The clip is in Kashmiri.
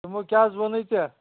تِمو کیاہ حظ وۄنٕے ژےٚ